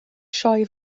sioe